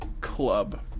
Club